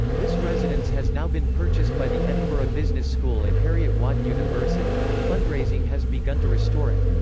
this residence has now been purchased by the edinburgh business school at heriot watt university and fundraising has begun to restore it.